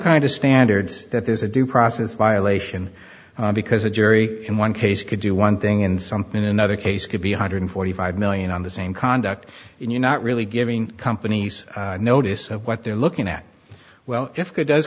kind of standards that there's a due process violation because a jury in one case could do one thing and something in another case could be one hundred forty five million on the same conduct and you're not really giving companies notice of what they're looking at well if it does